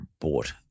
bought